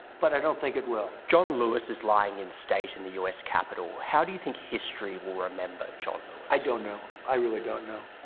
but i don't think it will. john lewis is lying in state in the u s. capitol. how do you think history will remember john lewis? i don't know. i really don't know.